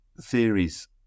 theories